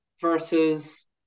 versus